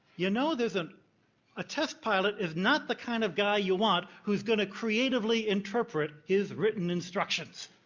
you know there's a a test pilot is not the kind of guy you'll want who's going to creatively interpret his written instructions.